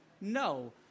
No